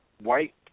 white